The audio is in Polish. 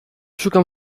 szukam